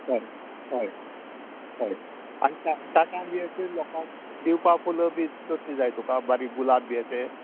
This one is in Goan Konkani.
हय हय हय आनी ताका तें लोकांक दिवपाक फुलां बी तशीं तुका बारीक गूलाब बी अशें